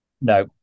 no